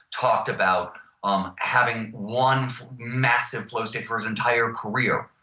talked about um having one massive flow state for his entire career.